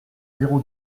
zéro